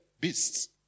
Beasts